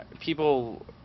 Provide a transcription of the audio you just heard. people